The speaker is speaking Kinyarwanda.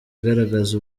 igaragaza